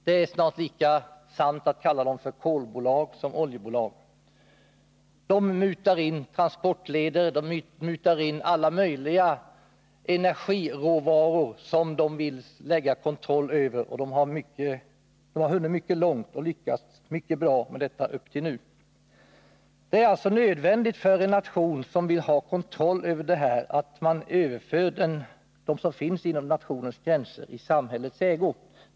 Det är snart lika sant att kalla dem för kolbolag som oljebolag. De mutar in transportleder, de mutar in alla möjliga energiråvaror, som de vill ha kontroll över. De har hittills hunnit mycket långt och lyckats mycket bra med detta. Det är alltså nödvändigt för en nation som vill ha kontroll över de här slagen av energi att i samhällets ägo överföra det som finns inom nationens gränser.